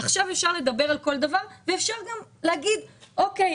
עכשיו אפשר לדבר על כל דבר ואפשר גם להגיד אוקיי,